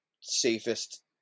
safest